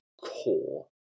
core